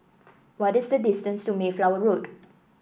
what is the distance to Mayflower Road